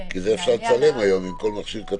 לא.